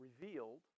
revealed